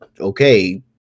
okay